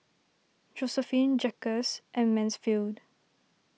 Josephine Jacquez and Mansfield